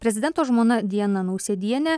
prezidento žmona diana nausėdienė